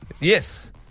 Yes